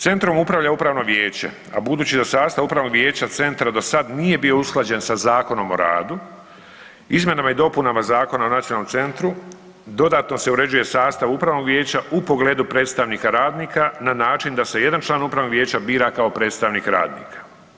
Centrom upravlja upravno vijeće, a da budući da sastav upravnog vijeća centra do sad nije bilo usklađen sa Zakonom o radu, izmjenama i dopunama Zakona o NCVVO-u dodatno se uređuje sastav upravnog vijeća u pogledu predstavnika radnika na način da se jedan član upravnog vijeća bira kao predstavnik radnika.